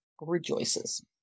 rejoices